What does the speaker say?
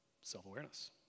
Self-awareness